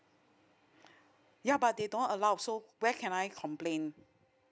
ya but they don't allow so where can I complain